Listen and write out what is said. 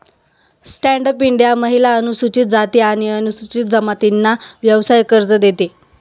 stand up India महिला, अनुसूचित जाती आणि अनुसूचित जमातींना व्यवसाय कर्ज देते